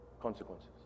consequences